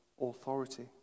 authority